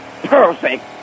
perfect